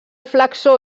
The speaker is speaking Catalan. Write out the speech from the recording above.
flexor